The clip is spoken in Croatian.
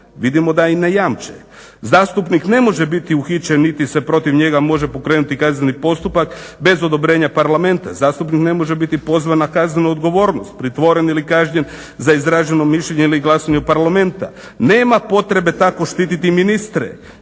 Vidimo da i ne jamče. Zastupnik ne može biti uhićen niti se protiv njega može pokrenuti kazneni postupak bez odobrenja Parlamenta. Zastupnik ne može biti pozvan na kaznenu odgovornost, pritvoren ili kažnjen za izraženo mišljenje ili glasanje u Parlamentu. Nema potrebe tako štititi i ministre.